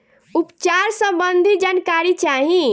उपचार सबंधी जानकारी चाही?